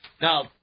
Now